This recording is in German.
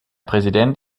präsident